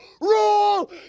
rule